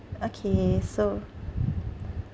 okay so